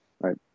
Right